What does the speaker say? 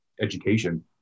education